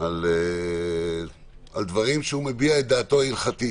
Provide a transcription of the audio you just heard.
על דברים שבהם הוא מביע את דעתו ההלכתית.